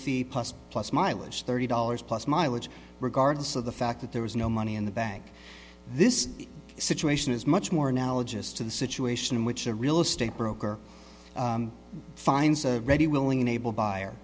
fee plus plus mileage thirty dollars plus mileage regardless of the fact that there was no money in the bank this situation is much more knowledge as to the situation in which a real estate broker finds a ready willing and able buyer